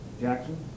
Jackson